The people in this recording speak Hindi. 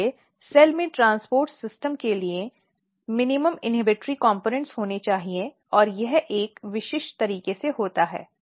इसलिए सेल में ट्रांसपोर्ट सिस्टम के लिए न्यूनतम इन्हिबटॉरी कॅम्पोनॅन्ट होने चाहिए और यह एक विशिष्ट तरीके से होता है